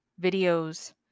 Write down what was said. videos